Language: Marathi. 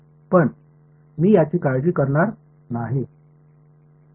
पण मी याची काळजी करणार नाही